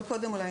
אז, קודם כול,